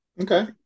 Okay